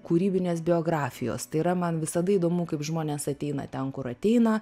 kūrybinės biografijos tai yra man visada įdomu kaip žmonės ateina ten kur ateina